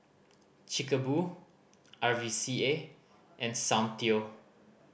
Chic a Boo R V C A and Soundteoh